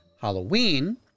Halloween